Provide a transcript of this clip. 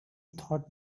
thought